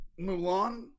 Mulan